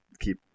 keep